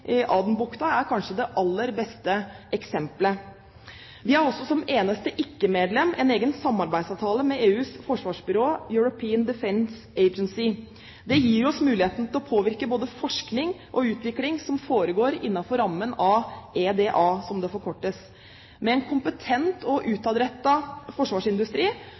er kanskje det aller beste eksempelet. Vi har også som eneste ikke-medlem en egen samarbeidsavtale med EUs forsvarsbyrå European Defence Agency. Det gir oss muligheten til å påvirke både forskning og utvikling som foregår innenfor rammen av EDA, som det forkortes til. Med en kompetent og utadrettet forsvarsindustri